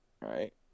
Right